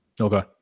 Okay